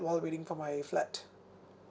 while waiting for my flat